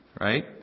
right